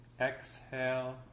Exhale